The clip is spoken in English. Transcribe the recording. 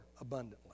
abundantly